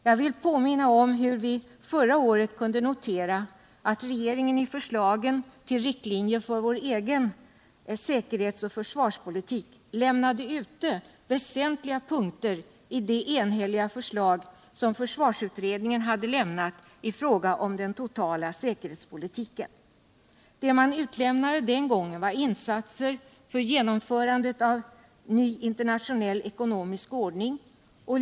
Jag vill påminna om hur vi förra året kunde notera att regeringen i förslagen till. riktlinjer för vår egen säkerhets och försvarspolitik limnade ute väsentliga punkter i det enhälliga förslag som försvarsutredningen hade lämnat i fråga om den totala säkerhetspolitiken. Det man utelimnade den gången var insatser för genomförandet av en ny internationell ekonomisk ordning.